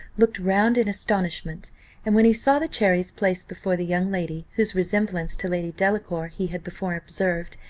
looked round in astonishment and when he saw the cherries placed before the young lady, whose resemblance to lady delacour he had before observed,